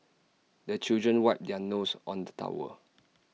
the children wipe their noses on the towel